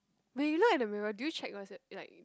when you like the mirror do you check what's it like